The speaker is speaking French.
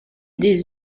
des